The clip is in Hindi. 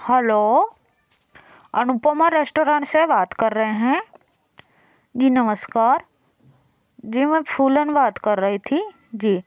हलो अनुपमा रेस्टोरेंट से बात कर रहे हैं जी नमस्कार जी मैं फूलन बात कर रही थी जी